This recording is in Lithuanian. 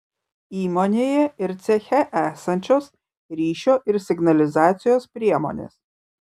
įmonėje ir ceche esančios ryšio ir signalizacijos priemonės